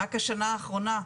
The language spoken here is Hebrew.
רק השנה האחרונה,